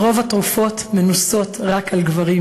ורוב התרופות מנוסות רק על גברים,